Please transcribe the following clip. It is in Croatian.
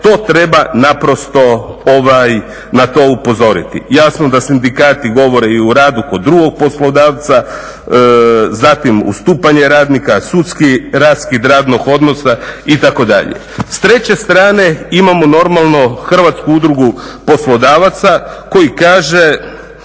to treba naprosto na to upozoriti. Jasno da sindikati govore i o radu kod drugog poslodavca, zatim ustupanje radnika, sudski raskid radnog odnosa itd. S treće strane imamo normalno Hrvatsku udrugu poslodavaca koji kaže